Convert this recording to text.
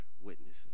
witnesses